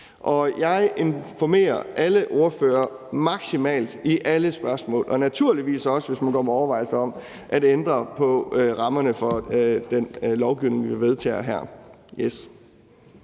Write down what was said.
jeg informerer alle ordførere maksimalt i alle spørgsmål og naturligvis også, hvis man går med overvejelser om at ændre på rammerne for den lovgivning, vi vedtager her.